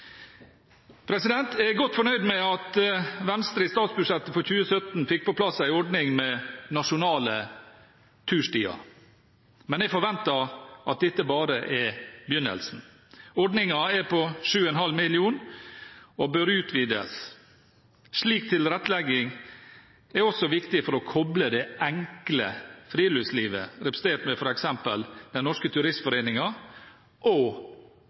Jeg er godt fornøyd med at Venstre i statsbudsjettet for 2017 fikk på plass en ordning med nasjonale turstier, men jeg forventer at dette bare er begynnelsen. Ordningen er på 7,5 mill. kr og bør utvides. Slik tilrettelegging er også viktig for å koble det enkle friluftslivet, representert ved f.eks. Den Norske Turistforening, og